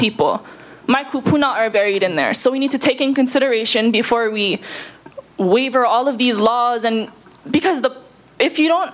people my coupon are buried in there so we need to take in consideration before we wever all of these laws and because the if you don't